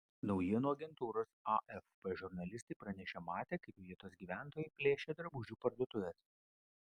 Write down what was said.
naujienų agentūros afp žurnalistai pranešė matę kaip vietos gyventojai plėšia drabužių parduotuves